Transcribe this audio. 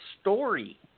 story